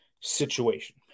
situation